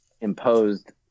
imposed